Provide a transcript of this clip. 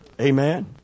Amen